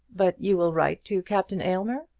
but you will write to captain aylmer?